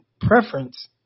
preference